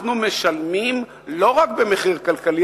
אנחנו משלמים לא רק במחיר כלכלי,